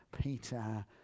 Peter